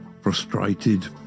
frustrated